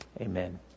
amen